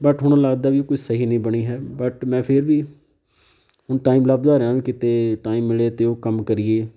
but ਹੁਣ ਲੱਗਦਾ ਵੀ ਕੋਈ ਸਹੀ ਨਹੀਂ ਬਣੀ ਹੈ ਬਟ ਮੈਂ ਫਿਰ ਵੀ ਹੁਣ ਟਾਈਮ ਲੱਭਦਾ ਰਿਹਾ ਵੀ ਕਿਤੇ ਟਾਈਮ ਮਿਲੇ ਅਤੇ ਉਹ ਕੰਮ ਕਰੀਏ